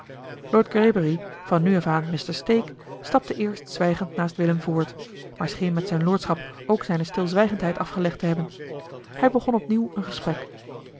lord greybury van nu af aan mr stake stapte eerst zwijgend naast willem voort maar scheen met zijn lordschap ook zijne stileli heimans willem roda zwijgendheid afgelegd te hebben hij begon opnieuw een gesprek